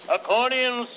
Accordion